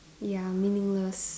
ya meaningless